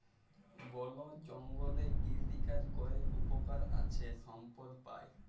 বল জঙ্গলে কৃষিকাজ ক্যরে উপকার আছে সম্পদ পাই